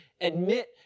admit